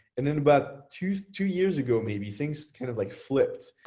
and then about two two years ago, maybe things kind of like flipped.